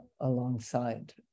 alongside